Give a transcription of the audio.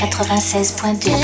96.2